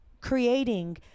creating